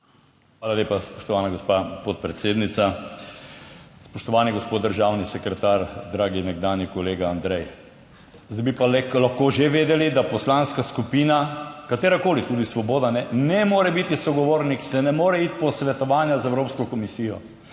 Hvala lepa, spoštovana gospa podpredsednica. Spoštovani gospod državni sekretar dragi nekdanji kolega Andrej! Zdaj bi pa lahko že vedeli, da poslanska skupina, katerakoli, tudi Svoboda, ne more biti sogovornik, se ne more iti posvetovanja z Evropsko komisijo.